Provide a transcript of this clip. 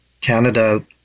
Canada